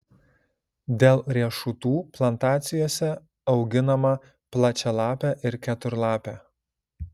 dėl riešutų plantacijose auginama plačialapė ir keturlapė